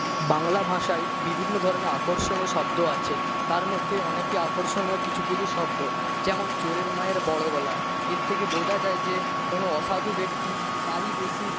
বাংলা ভাষায় বিভিন্ন ধরনের আকর্ষণীয় শব্দ আছে তার মধ্যে অনেকই আকর্ষণীয় কিছু কিছু শব্দ যেমন চোরের মায়ের বড় গলা এর থেকে বোঝা যায় যে কোনো অসাধু ব্যক্তি তারই বেশি